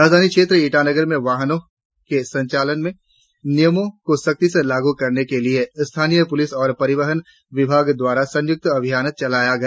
राजधानी क्षेत्र ईटानगर में वाहनों के संचालन में नियमों को सख्ती से लागू करने के लिए स्थानीय पुलिस और परिवहन विभाग द्वारा संयुक्त अभियान चलाया गया